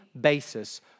basis